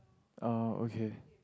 oh okay